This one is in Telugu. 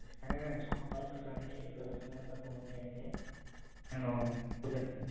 సరే అండి సోమవారం మీరు రండి ఇక్కడకు వచ్చిన తర్వాత ఫోన్ చేయండి నేను కుదురుస్తాను